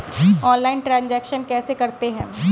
Online transaction कैसे करते हैं?